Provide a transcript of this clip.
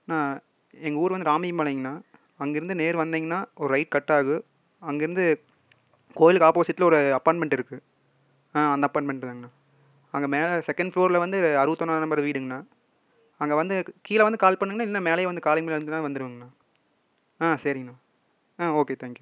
ஆ எங்கள் ஊர் வந்து ராமியம் பாளையங்கணா அங்கேருந்து நேர் வந்திங்கணா ஒரு ரைட் கட்டாகும் அங்கேருந்து கோவிலுக்கு ஆப்போசிட்டில் ஒரு அப்பார்ட்மெண்ட் இருக்குது ஆ அந்த அப்பார்ட்மெண்ட்டு தான்ங்கணா அங்கே மேலே செகண்ட் ஃப்ளோரில் வந்து அறுபத்தொன்னா நம்பர் வீடுங்கணா அங்கே வந்து கீழே வந்து கால் பண்ணுங்கணா இல்லைனா மேலேயே வந்து காலிங் பெல் அழுத்தினா வந்துருவேங்கணா ஆ சரிங்கணா ஆ ஓகே தேங்க்யூ